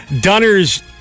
Dunner's